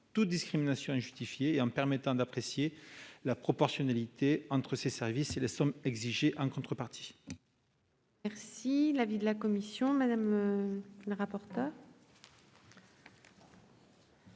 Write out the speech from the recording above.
toute discrimination injustifiée et en permettant d'apprécier la proportionnalité entre ces services et les sommes exigées en contrepartie.